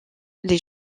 les